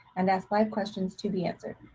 and ask five questions to be answered.